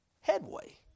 headway